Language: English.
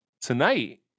tonight